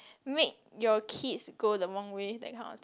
make your kids go the wrong way that kind of thing